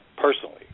personally